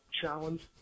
Challenge